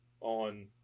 on –